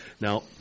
Now